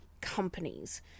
companies